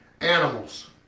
Animals